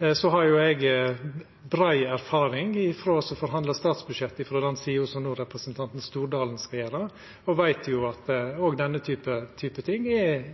Eg har jo brei erfaring frå å forhandla statsbudsjett frå den sida som representanten Stordalen no skal gjera det, og eg veit at òg denne typen ting er